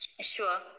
Sure